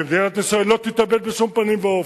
ומדינת ישראל לא תתאבד בשום פנים ואופן.